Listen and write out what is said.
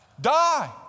Die